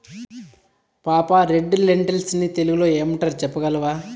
పాపా, red lentils ని తెలుగులో ఏమంటారు చెప్పగలవా